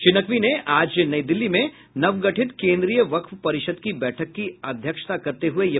श्री नकवी आज नई दिल्ली में नवगठित केन्द्रीय वक्फ परिषद की बैठक की अध्यक्षता कर रहे थे